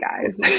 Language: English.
guys